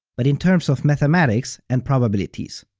but in terms of mathematics and probabilities.